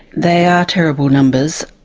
they are terrible numbers.